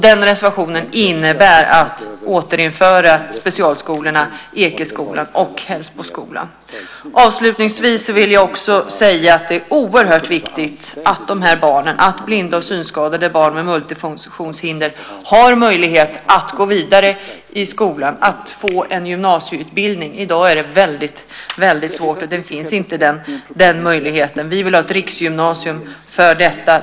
Den reservationen innebär att man återinför specialskolorna Ekeskolan och Hällsboskolan. Avslutningsvis vill jag också säga att det är oerhört viktigt att de här barnen, blinda och synskadade barn med multifunktionshinder, har möjlighet att gå vidare i skolan och få en gymnasieutbildning. I dag är det väldigt svårt. Den möjligheten finns inte. Vi vill ha ett riksgymnasium för detta.